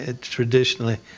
traditionally